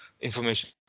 information